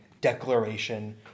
declaration